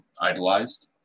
idolized